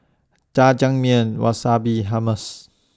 Jajangmyeon Wasabi Hummus